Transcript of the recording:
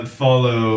follow